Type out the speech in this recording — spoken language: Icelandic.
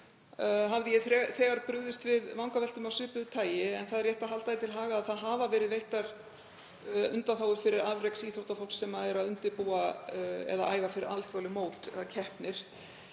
hafði ég þegar brugðist við vangaveltum af svipuðu tagi. En það er rétt að halda því til haga að veittar hafa verið undanþágur fyrir afreksíþróttafólk sem er að undirbúa eða æfa fyrir alþjóðleg mót eða keppnir.